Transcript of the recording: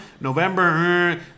November